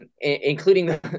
Including